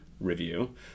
review